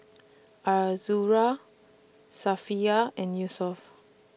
Azura Safiya and Yusuf